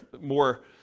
more